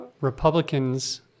Republicans